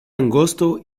angosto